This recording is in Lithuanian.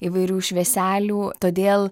įvairių švieselių todėl